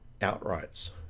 outrights